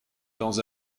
dans